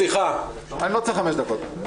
אני לא צריך 5 דקות.